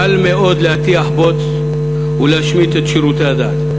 קל מאוד להטיח בוץ ולהשמיץ את שירותי הדת.